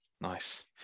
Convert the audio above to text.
Nice